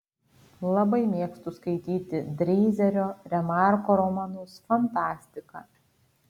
labai mėgstu skaityti dreizerio remarko romanus fantastiką